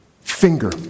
finger